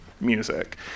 music